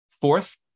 Fourth